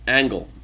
angle